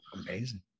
amazing